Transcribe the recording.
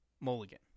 Mulligan